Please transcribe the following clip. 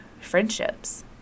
friendships